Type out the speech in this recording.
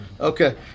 okay